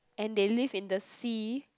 and they live in the sea